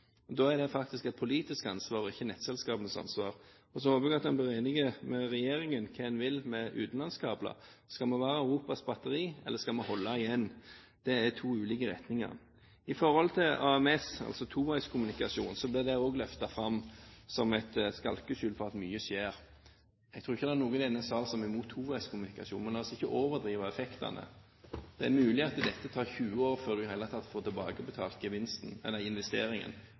Da er det faktisk et politisk ansvar og ikke nettselskapenes ansvar. Så håper jeg at han blir enig med regjeringen om hva en vil med utenlandskabler. Skal vi være Europas batteri, eller skal vi holde igjen? Det er to ulike retninger. Når det gjelder AMS, altså toveiskommunikasjon, ble også det løftet fram som et skalkeskjul for at mye skjer. Jeg tror ikke det er noen i denne sal som er imot toveiskommunikasjon, men la oss ikke overdrive effektene. Det er mulig at det tar 20 år før vi i det hele tatt får tilbakebetalt investeringen.